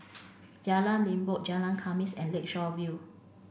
Jalan Limbok Jalan Khamis and Lakeshore View